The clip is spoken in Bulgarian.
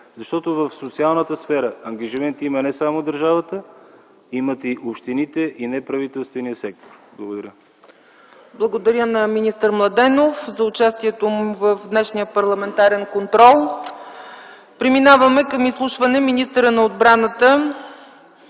Защото в социалната сфера ангажимент имат не само държавата, имат и общините, и неправителствения сектор. Благодаря. ПРЕДСЕДАТЕЛ ЦЕЦКА ЦАЧЕВА: Благодаря на министър Младенов за участието му в днешния парламентарен контрол. Преминаваме към изслушване на министъра на отбраната